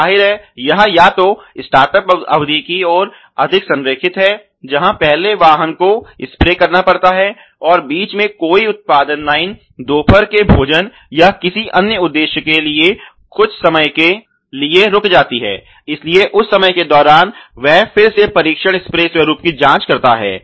तो जाहिर है यह या तो स्टार्टअप अवधि की ओर अधिक संरेखित है जहां पहले वाहन को स्प्रे करना पड़ता है और बीच में कोई भी उत्पादन लाइन दोपहर के भोजन या किसी अन्य उद्देश्य के लिए कुछ समय के लिए रुक जाती है इसलिए उस समय के दौरान वह फिर से परीक्षण स्प्रे स्वरूप की जाँच करता है